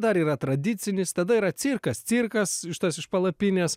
dar yra tradicinis tada yra cirkas cirkas iš tas iš palapinės